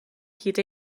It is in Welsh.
hyd